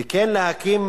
וכן להקים